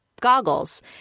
goggles